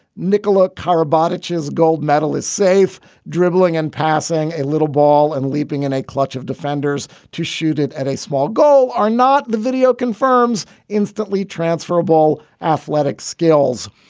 nicholas carr bodices gold medalists safe dribbling and passing a little ball and leaping in a clutch of defenders to shoot it at a small goal or not. the video confirms instantly transferable athletic skills.